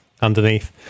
underneath